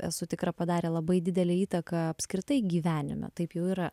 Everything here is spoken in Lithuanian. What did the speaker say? esu tikra padarė labai didelę įtaką apskritai gyvenime taip jau yra